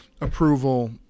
approval